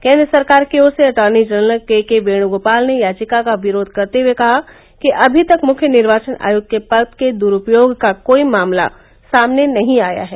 केन्द्र सरकार की ओर से attorney general K K Venugopal ने याचिका का विरोध करते हुए कहा कि अभी तक मुख्य निर्वाचन आयुक्त के पद के दुरूपयोग का कोई मामला सामने नहीं आया है